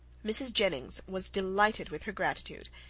mrs. jennings was delighted with her gratitude,